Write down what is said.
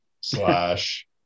slash